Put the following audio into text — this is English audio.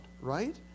right